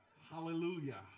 hallelujah